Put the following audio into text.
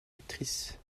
actrice